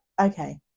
Okay